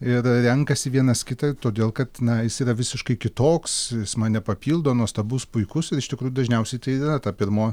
ir renkasi vienas kitą todėl kad na jis yra visiškai kitoks jis mane papildo nuostabus puikus ir iš tikrųjų dažniausiai tai ir yra ta pirmo